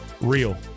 real